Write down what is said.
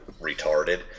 retarded